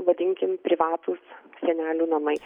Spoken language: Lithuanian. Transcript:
vadinkim privatūs senelių namai